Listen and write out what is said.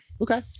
Okay